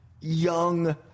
young